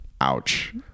Ouch